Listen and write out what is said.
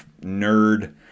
nerd